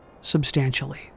substantially